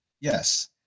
Yes